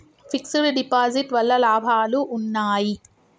Fix డ్ deposit వల్ల లాభాలు ఉన్నాయి?